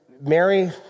Mary